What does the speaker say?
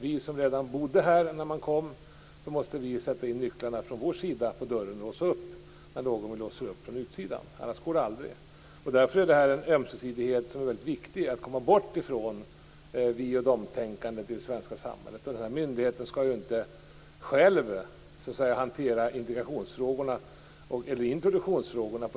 Vi som redan bodde här när man kom måste från vår sida sätta in nycklarna i dörren och låsa upp när någon vill låsa upp från utsidan. Annars går det aldrig. Ömsesidigheten är väldigt viktig. Vi måste komma bort från vi-och-de-tänkandet i det svenska samhället. Den här myndigheten skall inte själv hantera integrationsfrågorna eller introduktionsfrågorna.